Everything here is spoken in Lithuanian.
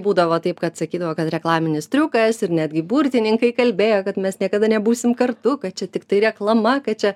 būdavo taip kad sakydavo kad reklaminis triukas ir netgi burtininkai kalbėjo kad mes niekada nebūsim kartu kad čia tiktai reklama kad čia